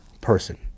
person